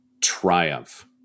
Triumph